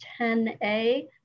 10a